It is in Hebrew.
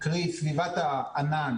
קרי סביבת הענן